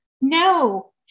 no